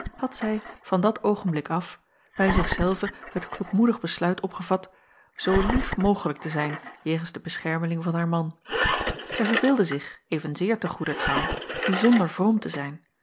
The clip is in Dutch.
had zij van dat oogenblik af bij zich zelve het kloekmoedig besluit opgevat zoo lief mogelijk te zijn jegens de beschermeling van haar man zij verbeeldde zich evenzeer te goeder trouw bijzonder vroom te zijn